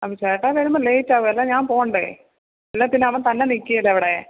അപ്പ ചേട്ടൻ വരുമ്പോള് ലേറ്റാവുവേലെ അല്ലേ ഞാൻ പോകേണ്ടേ അല്ലേപ്പിന്നവൻ തന്നെ നിയ്ക്കേലേ അവിടെ